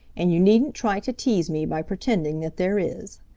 and you needn't try to tease me by pretending that there is.